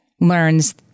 learns